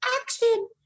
action